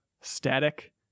Static